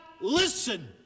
listen